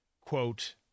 Quote